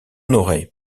n’aurait